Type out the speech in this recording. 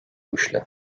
uaisle